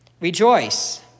Rejoice